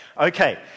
Okay